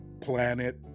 planet